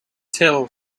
still